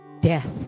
death